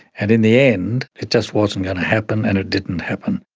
and in the end it just wasn't going to happen and it didn't happen.